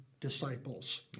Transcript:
disciples